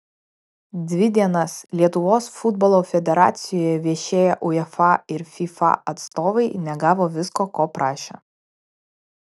dvi dienas lietuvos futbolo federacijoje viešėję uefa ir fifa atstovai negavo visko ko prašė